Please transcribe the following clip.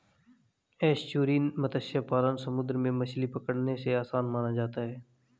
estuarine मत्स्य पालन समुंदर में मछली पकड़ने से आसान माना जाता है